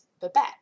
Babette